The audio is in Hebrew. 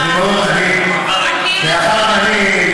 מאחר שאני,